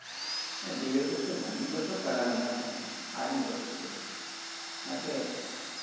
ᱰᱮᱲ ᱵᱚᱪᱷᱚᱨ ᱜᱟᱱ ᱢᱤᱫ ᱵᱚᱪᱷᱚᱨ ᱛᱟᱞᱟ ᱱᱚᱝᱠᱟ ᱛᱟᱸᱦᱮᱭᱮᱱᱟ ᱟᱨᱤᱧ ᱜᱚᱡ ᱦᱚᱪᱚ ᱠᱮᱫᱟ ᱚᱱᱟᱛᱮ